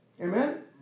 Amen